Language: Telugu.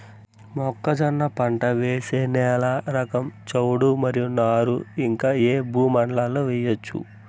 మొక్కజొన్న పంట వేసే నేల రకం చౌడు మరియు నారు ఇంకా ఏ భూముల్లో చేయొచ్చు?